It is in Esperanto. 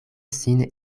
sin